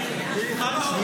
צבאי והיא --- חנוך, שאלה.